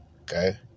Okay